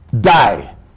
die